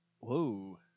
Whoa